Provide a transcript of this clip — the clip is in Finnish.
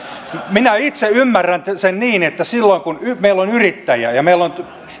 minä itse ymmärrän sen niin että silloin kun meillä on yrittäjiä ja meillä on